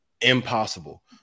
impossible